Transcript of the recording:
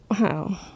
wow